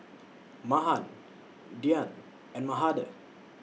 Mahan Dhyan and Mahade